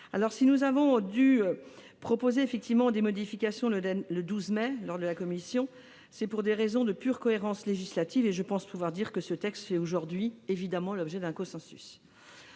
Si nous avons dû proposer des modifications, le 12 mai dernier, c'est pour des raisons de pure cohérence législative et, je pense pouvoir le dire, ce texte fait aujourd'hui l'objet d'un consensus.